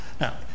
Now